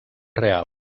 real